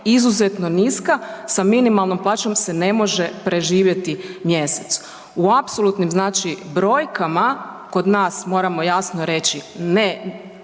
izuzetno niska, sa minimalnom plaćom se ne može preživjeti mjesec. U apsolutnim brojkama kod nas moramo jasno reći, ne